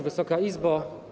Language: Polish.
Wysoka Izbo!